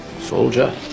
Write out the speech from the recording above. soldier